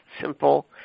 simple